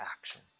action